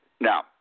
Now